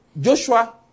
Joshua